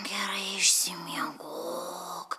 gerai išsimiegok